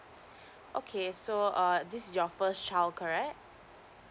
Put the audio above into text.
okay so err this is your first child correct